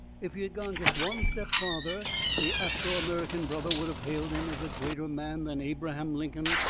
if he had gone just one step farther the afro-american brother would have hailed him as a greater man than abraham lincoln,